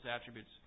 attributes